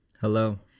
Hello